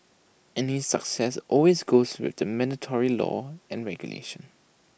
any success always goes with the mandatory law and regulation